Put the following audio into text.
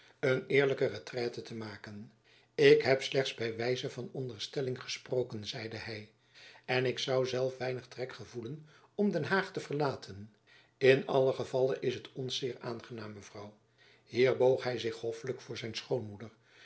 een eerlijke retraite te maken ik heb slechts by wijze van onderstelling gesproken zeide hy en ik zoû zelf weinig trek gevoelen om den haag te verlaten in allen gevalle is het ons zeer aangenaam mevrouw hier boog hy zich hoffelijk voor zijn schoonmoeder